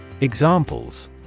Examples